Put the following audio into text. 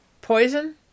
poison